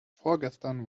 vorgestern